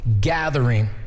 gathering